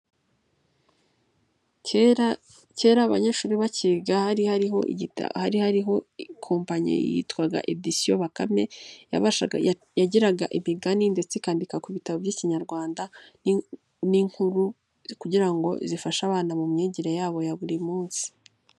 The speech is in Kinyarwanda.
Kera kera abanyeshuri bakiga hari hariho kompanyi yitwaga edisiyo bakame yagiraga imigani ndetse ikandika ku bitabo by'ikinyarwanda n'inkuru kugira ngo zifashe abana mu myigire yabo ya buri munsi.